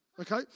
Okay